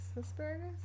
asparagus